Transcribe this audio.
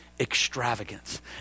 extravagance